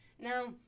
Now